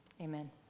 Amen